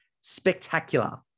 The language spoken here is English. Spectacular